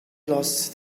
lost